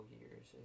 years